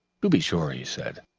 to be sure! he said,